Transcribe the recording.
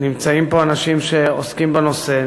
נמצאים פה אנשים שעוסקים בנושא,